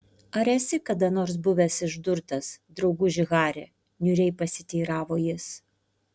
ar esi kada nors buvęs išdurtas drauguži hari niūriai pasiteiravo jis